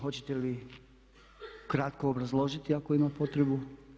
Hoćete li kratko obrazložiti ako ima potrebu?